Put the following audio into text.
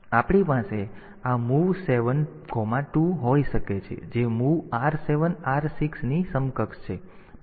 પછી આપણી પાસે આ MOV 72 હોઈ શકે છે જે MOV R7R6 ની સમકક્ષ છે પછી MOV A7 છે